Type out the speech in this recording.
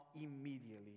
immediately